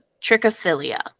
trichophilia